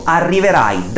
arriverai